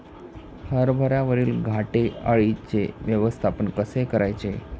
हरभऱ्यावरील घाटे अळीचे व्यवस्थापन कसे करायचे?